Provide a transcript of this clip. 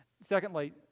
Secondly